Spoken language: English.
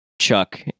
chuck